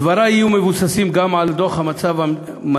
דברי יהיו מבוססים גם על דוח מצב המדינה